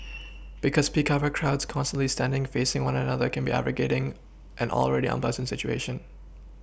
because peak hour crowds constantly standing facing one another can be aggravating an already unpleasant situation